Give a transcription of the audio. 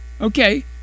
Okay